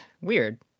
Weird